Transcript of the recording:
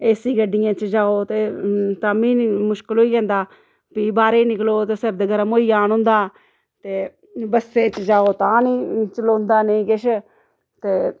AC गड्डियें च जाओ ते ताम्मीं नी मुश्कल होई जंदा फ्ही बाह्रै गी निकलो ते सर्द गर्म होई जान होंदा ते बस्सै च जाओ तां न चलोंदा नेईं किश ते